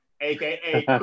aka